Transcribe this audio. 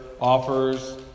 offers